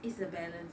it's a balance